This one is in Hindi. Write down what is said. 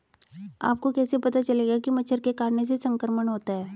आपको कैसे पता चलेगा कि मच्छर के काटने से संक्रमण होता है?